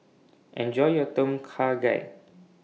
Enjoy your Tom Kha Gai